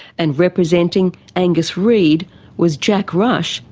and representing angus reed was jack rush,